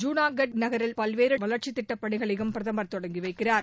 ஜூனாகாத் நகரில் பல்வேறு வளர்ச்சித் திட்டப்பணிகளையும் பிரதமர் தொடங்கி வைக்கிறார்